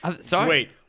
sorry